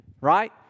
Right